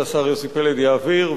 שהשר יוסי פלד יעביר,